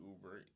Uber